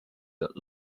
that